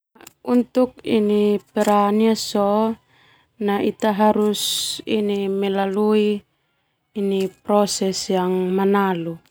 Peran ia sona ita harus melalui proses yang manalu.